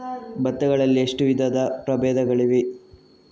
ಭತ್ತ ಗಳಲ್ಲಿ ಎಷ್ಟು ವಿಧದ ಪ್ರಬೇಧಗಳಿವೆ?